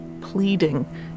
pleading